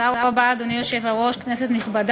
עברה בקריאה ראשונה